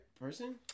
person